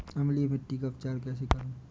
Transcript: अम्लीय मिट्टी का उपचार कैसे करूँ?